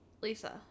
Lisa